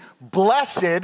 Blessed